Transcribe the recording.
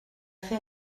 fer